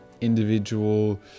individual